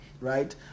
right